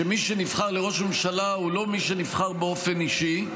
שמי שנבחר לראש הממשלה הוא לא מי שנבחר באופן אישי,